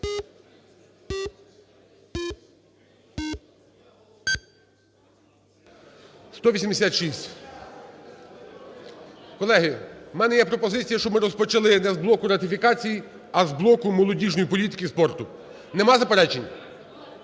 За-186 Колеги, у мене є пропозиція, щоб ми розпочали не з блоку ратифікації, а з блоку молодіжної політики і спорту. Нема заперечень? Немає.